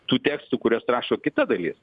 tų tekstų kuriuos rašo kita dalis